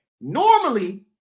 normally